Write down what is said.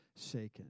shaken